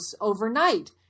overnight